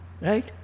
Right